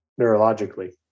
neurologically